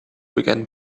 began